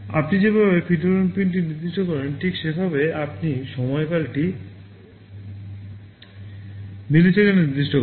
আপনি যেভাবে PWM পিনটি নির্দিষ্ট করেন ঠিক সেভাবে আপনি সময়কালটি মিলি সেকেন্ডে নির্দিষ্ট করেন